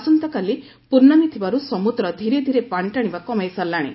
ଆସନ୍ତାକାଲି ପ୍ରର୍ଶ୍ରିମୀ ଥିବାରୁ ସମୁଦ୍ର ଧୀରେ ଧୀରେ ପାଶି ଟାଶିବା କମାଇ ସାରିଲାଣି